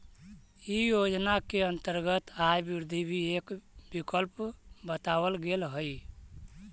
इ योजना के अंतर्गत आय वृद्धि भी एक विकल्प बतावल गेल हई